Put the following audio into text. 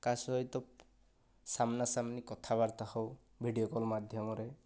କାହା ସହିତ ସମ୍ନାସାମ୍ନି କଥାବାର୍ତ୍ତା ହେଉ ଭିଡ଼ିଓ କଲ୍ ମାଧ୍ୟମରେ